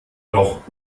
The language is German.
doch